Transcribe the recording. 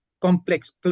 complex